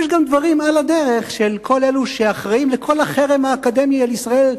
יש גם דברים על הדרך של כל אלה שאחראים לכל החרם האקדמי על ישראל,